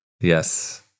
Yes